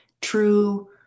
True